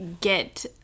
get